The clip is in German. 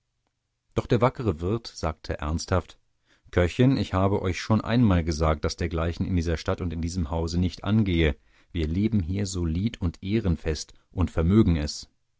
doch der wackere wirt sagte ernsthaft köchin ich habe euch schon einmal gesagt daß dergleichen in dieser stadt und in diesem hause nicht angeht wir leben hier solid und ehrenfest und vermögen es